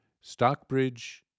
Stockbridge